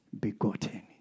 begotten